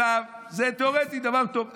עכשיו, זה תיאורטית דבר טוב.